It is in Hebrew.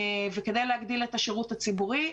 כדי להגדיל את השירות הציבורי,